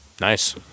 Nice